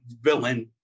villain